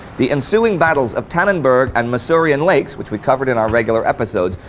the ensuing battles of tannenberg and masurian lakes, which we covered in our regular episodes,